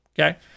Okay